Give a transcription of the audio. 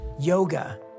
yoga